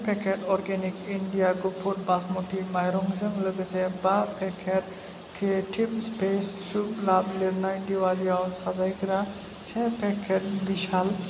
packet organic India गुफुर बासम'ति माइरंजों लोगोसे बा पेकेट केटिमपेस सुम लाभ लिरनाय दिवालियाव साजायग्रा से पेकेट बिसाल